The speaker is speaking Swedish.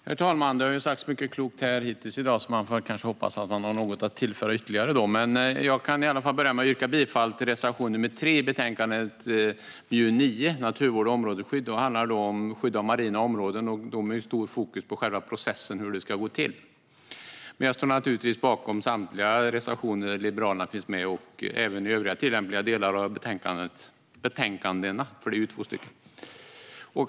Herr talman! Det har sagts mycket klokt hittills i dag. Jag hoppas att jag har något att tillföra. Jag yrkar bifall till reservation nr 3 i betänkande MJU9. Det handlar om skydd av marina områden, med fokus på hur det ska gå till. Jag står givetvis bakom samtliga reservationer där Liberalerna finns med och även övriga tillämpliga delar av de båda betänkandena.